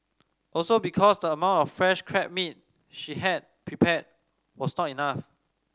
also because the amount of fresh crab meat she had prepared was not enough